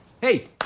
Hey